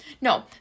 No